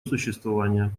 существования